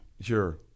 Sure